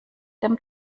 dem